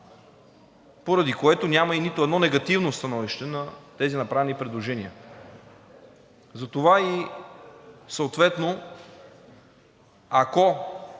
поради което няма и нито едно негативно становище на тези направени предложения. Затова и съответно ако